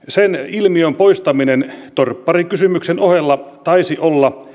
ilmiöiden poistaminen torpparikysymyksen ohella taisi olla